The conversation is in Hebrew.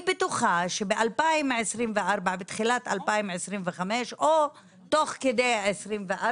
אני בטוחה שבתחילת 2025 או תוך כדי 2024